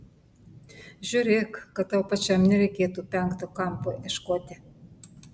žiūrėk kad tau pačiam nereikėtų penkto kampo ieškoti